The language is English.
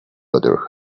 other